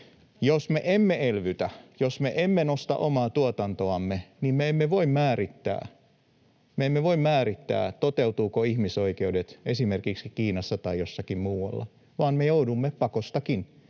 Jos me emme elvytä, jos me emme nosta omaa tuotantoamme, niin me emme voi määrittää, toteutuvatko ihmisoikeudet esimerkiksi Kiinassa tai jossakin muualla vaan me joudumme pakostakin